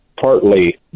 partly